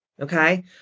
Okay